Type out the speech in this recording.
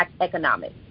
economic